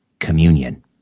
communion